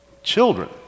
children